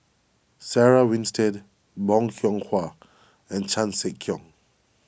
Sarah Winstedt Bong Hiong Hwa and Chan Sek Keong